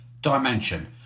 dimension